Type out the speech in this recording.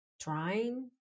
trying